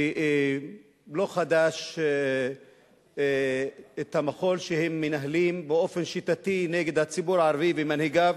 שלא חדש המחול שהם מנהלים באופן שיטתי נגד הציבור הערבי ומנהיגיו,